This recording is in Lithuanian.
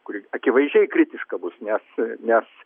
kuri akivaizdžiai kritiška bus nes nes